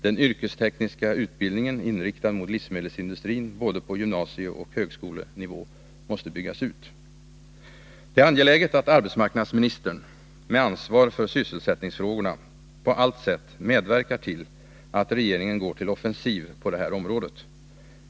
Den yrkestekniska utbildningen inriktad mot livsmedelsindustrin på både gymnasieoch högskolenivå måste byggas ut. Det är angeläget att arbetsmarknadsministern, som har ansvar för syselsättningsfrågorna, på allt sätt medverkar till att regeringen går till offensiv på det här området.